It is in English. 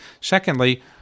Secondly